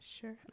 Sure